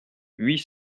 huit